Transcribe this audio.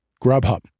Grubhub